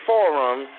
Forum